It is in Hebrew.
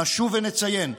נשוב ונציין,